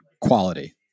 quality